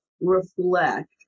reflect